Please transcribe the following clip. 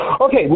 Okay